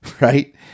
right